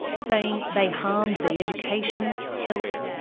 saying they harm the education, health,